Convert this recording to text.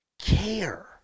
care